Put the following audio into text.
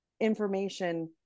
information